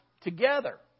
together